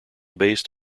based